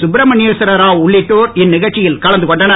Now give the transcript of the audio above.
சுப்ரமணியேஸ்வர ராவ் உள்ளிட்டோர் இந்நிகர்ச்சியில் கலந்து கொண்டனர்